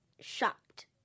shocked